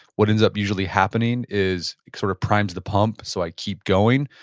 what ends up usually happening is sort of prime's the pump. so i keep going.